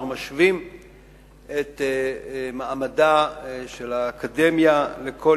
אנחנו משווים את מעמדה של האקדמיה לזה של כל